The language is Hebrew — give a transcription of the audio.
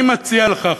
אני מציע לך,